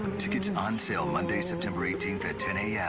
tickets and on sale monday, september eighteenth at ten yeah